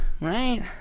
right